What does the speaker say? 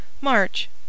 March